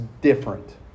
different